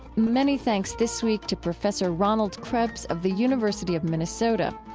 many thanks this week to professor ronald krebs of the university of minnesota.